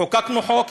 חוקקנו חוק.